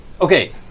Okay